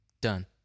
Done